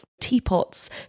teapots